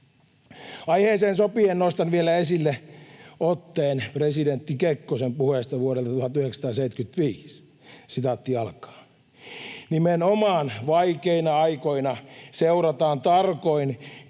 Aiheeseen sopien nostan vielä esille otteen presidentti Kekkosen puheesta vuodelta 1975: ”Nimenomaan vaikeina aikoina seurataan tarkoin,